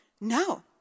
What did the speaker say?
no